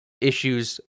issues